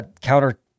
counter